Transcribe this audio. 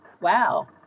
Wow